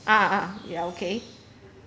ah ya okay